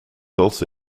also